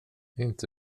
inte